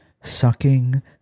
sucking